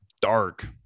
dark